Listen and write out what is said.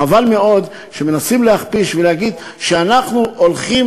חבל מאוד שמנסים להכפיש ולהגיד שאנחנו הולכים